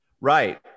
Right